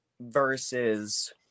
versus